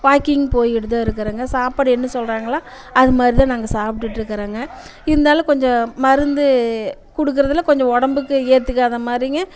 walking போய்கிட்டு தான் இருக்கிறேங்க சாப்பாடு என்ன சொல்கிறாங்களோ அது மாதிரி தான் நாங்கள் சாப்பிட்டுட்ருக்கறேங்க இருந்தாலும் கொஞ்சம் மருந்து கொடுக்கறதுல கொஞ்சம் உடம்புக்கு ஏற்றுக்காத மாதிரிங்க